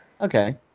Okay